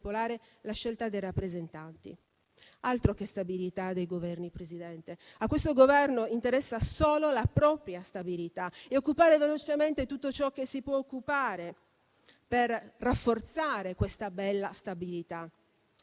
la scelta dei rappresentanti. Altro che stabilità dei Governi, signora Presidente! A questo Governo interessa solo la propria stabilità e occupare velocemente tutto ciò che si può occupare, per rafforzare questa bella stabilità.